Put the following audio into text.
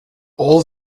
all